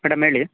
madam ಹೇಳಿ